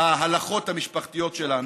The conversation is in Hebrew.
ההלכות המשפחתיות שלנו,